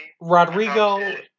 Rodrigo